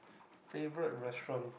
favourite restaurant